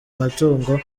matungo